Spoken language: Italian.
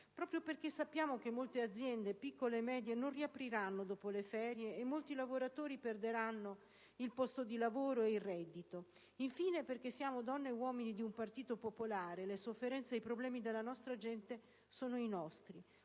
proprio perché sappiamo che molte aziende, piccole e medie, non riapriranno dopo le ferie e molti lavoratori perderanno il posto di lavoro e il reddito; infine, perché siamo donne e uomini di un partito popolare, e le sofferenze e i problemi della nostra gente sono i nostri.